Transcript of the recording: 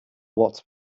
what